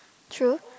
true